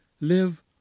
Live